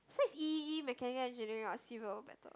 so is e_e_e mechanical engineering or civil better